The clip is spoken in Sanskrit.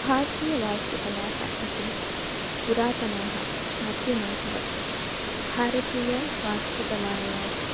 भारतीयवास्तुकलाः अतिपुरातनाः प्राचीनाः वर्तन्ते भारतीयवास्तुकलायाः